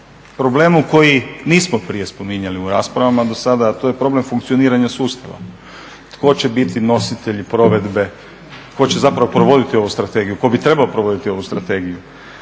problemu koji nismo prije spominjali u raspravama do sada, a to je problem funkcioniranja sustava tko će biti nositelji provedbe tko će zapravo provoditi ovu strategiju, tko bi trebao provoditi ovu strategiju.